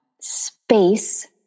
space